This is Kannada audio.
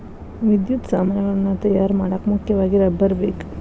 ವಿದ್ಯುತ್ ಸಾಮಾನುಗಳನ್ನ ತಯಾರ ಮಾಡಾಕ ಮುಖ್ಯವಾಗಿ ರಬ್ಬರ ಬೇಕ